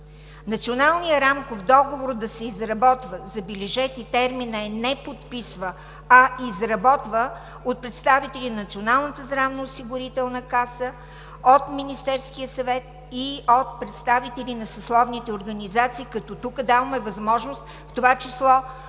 е не „подписва“, а „изработва“ от представители на Националната здравноосигурителна каса, от Министерския съвет и от представители на съсловните организации, като тук даваме възможност в това число